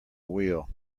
wheel